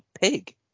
pig